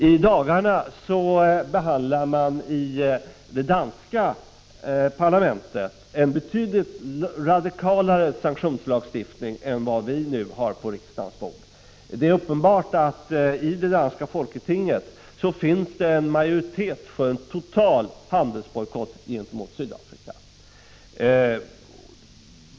I dagarna behandlar man i det danska parlamentet en betydligt radikalare sanktionslagstiftning än vad vi nu har på riksdagens bord. Det är uppenbart att det i det danska folketinget finns en majoritet för en total handelsbojkott gentemot Sydafrika.